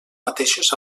mateixos